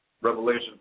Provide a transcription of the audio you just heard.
Revelation